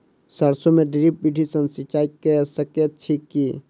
सैरसो मे ड्रिप विधि सँ सिंचाई कऽ सकैत छी की?